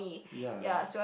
ya